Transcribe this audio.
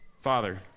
Father